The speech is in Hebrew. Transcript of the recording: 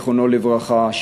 זיכרונו לברכה,